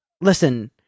listen